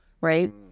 right